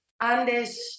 Andes